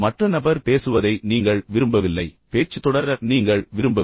மற்ற நபர் பேசுவதை நீங்கள் விரும்பவில்லை பேச்சு தொடர நீங்கள் விரும்பவில்லை